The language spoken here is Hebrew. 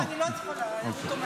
לא, אני לא צריכה, הוא תומך.